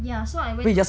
ya so I went to